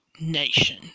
Nation